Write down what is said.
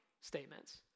statements